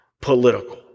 political